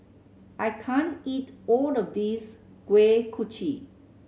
I can't eat all of this Kuih Kochi